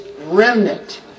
remnant